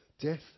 Death